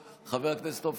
חבר הכנסת ווליד טאהא,